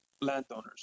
landowners